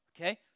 Okay